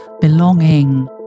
belonging